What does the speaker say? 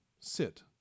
sit